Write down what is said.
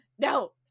no